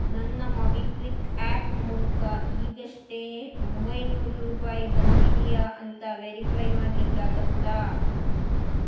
ನನ್ನ MobiKwik app ಮೂಲಕ ಈಗಷ್ಟೇ ಒಂಬೈನೂರು ರೂಪಾಯಿ ಬಂದಿದೆಯಾ ಅಂತ ವೆರಿಫೈ ಮಾಡ್ಲಿಕ್ಕಾಗುತ್ತಾ